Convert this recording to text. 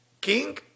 king